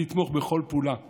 אני אתמוך בכל פעולה כזאת,